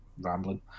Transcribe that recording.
rambling